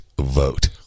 vote